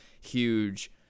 huge